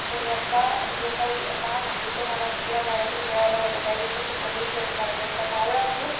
होण्याचा जो काही मान आहे तो मला या गाण्यातून मिळाला होता त्यावेळेस मी छत्रपती शिवाजी महाराजांचा मावळा म्हणून